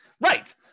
Right